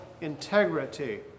integrity